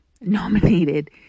nominated